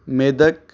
Medak